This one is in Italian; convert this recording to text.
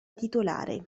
titolare